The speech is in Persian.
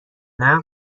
نقل